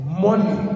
money